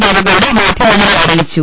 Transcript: ദേവഗൌഡ മാധ്യമങ്ങളെ അറിയിച്ചു